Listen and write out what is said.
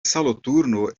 soloturno